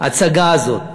ההצגה הזאת.